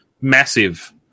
massive